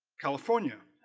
california